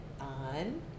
on